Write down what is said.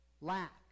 lack